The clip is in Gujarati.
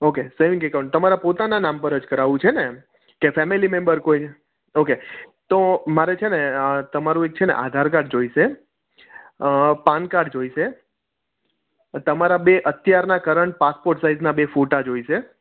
ઓકે સેવિંગ એકાઉંટ પોતાનાં નામ પર જ કરાવવું છે ને કે ફેમિલી મેમ્બર કોઈ ઓકે તો મારે છે ને તમારું એક છે ને આધાર કાડ જોઈશે પાનકાડ જોઈશે તમારા બે અત્યારના કરંટ પાસપોટ સાઇઝના બે ફોટા જોઈશે